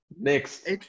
next